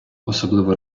особливо